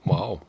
Wow